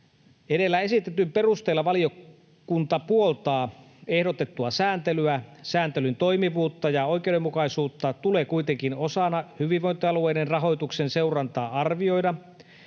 Edellä esitetyn perusteella valiokunta puoltaa ehdotettua sääntelyä. Sääntelyn toimivuutta ja oikeudenmukaisuutta tulee kuitenkin osana hyvinvointialueiden rahoituksen seurantaa arvioida